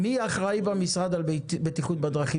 מי אחראי במשרד על בטיחות בדרכים?